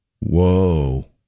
Whoa